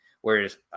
whereas